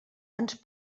ens